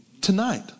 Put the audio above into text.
tonight